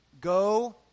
Go